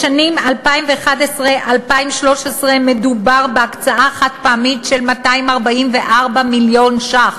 בשנים 2011 2013 מדובר בהקצאה חד-פעמית של 244 מיליון ש"ח,